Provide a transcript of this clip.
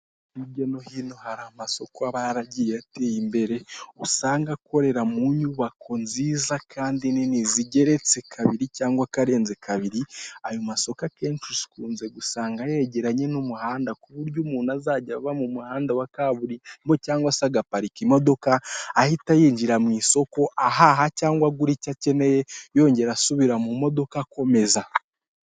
Hirya no hino hari amasoko aba yaragiye ateye imbere usanga akorera mu nyubako nziza kandi nini zigeretse kabiri cyangwa akarenze kabiri. Ayo masoko akenshi ukunze gusanga yegeranye n'umuhanda kuburyo umuntu azajya ava mu muhanda wa kaburimbo cyangwa se agaparika imodoka, ahita yinjira mu isoko ahaha cyangwa agura icyo akeneye yongera asubira mu modoka akomeza.